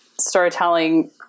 storytelling